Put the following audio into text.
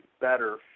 better